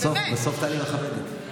בסוף טלי מכבדת.